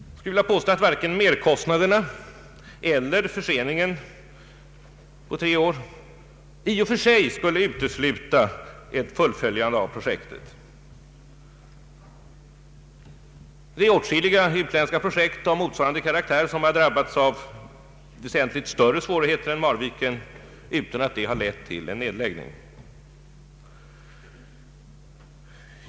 Jag skulle vilja påstå att varken merkostnaderna eller förseningen på tre år i och för sig skulle ha behövt utesluta ett fullföljande av projektet. Det är åtskilliga utländska projekt av motsvarande karaktär som har drabbats av väsentligt större svårigheter än Marviken utan att det lett till nedläggning.